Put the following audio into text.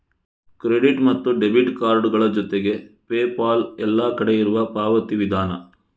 credit ಮತ್ತು debit ಕಾರ್ಡುಗಳ ಜೊತೆಗೆ ಪೇಪಾಲ್ ಎಲ್ಲ ಕಡೆ ಇರುವ ಪಾವತಿ ವಿಧಾನ